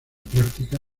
práctica